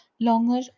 longer